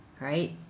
right